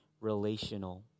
relational